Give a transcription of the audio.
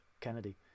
Kennedy